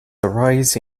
arise